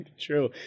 True